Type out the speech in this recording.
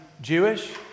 jewish